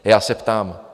Já se ptám: